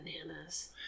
bananas